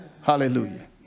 Hallelujah